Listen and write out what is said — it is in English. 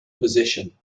position